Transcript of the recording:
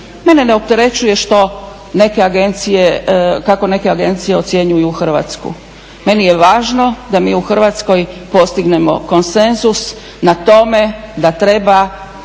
Mene ne opterećuje što neke agencije, kako neke agencije ocjenjuju Hrvatsku, meni je važno da mi u Hrvatskoj postignemo konsenzus na tome da treba